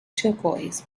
turquoise